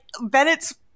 Bennett's